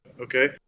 Okay